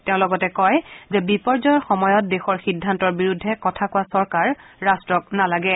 তেওঁ লগতে কয় যে বিপৰ্য্যয়ৰ সময়ত দেশৰ সিদ্ধান্তৰ বিৰুদ্ধে কথা কোৱা চৰকাৰ ৰাট্টক নালাগে